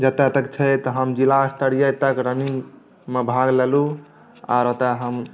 जतए तक छै तऽ हम जिलास्तरीय तक रन्निंग मे भाग लेलहुॅं आर ओतए हम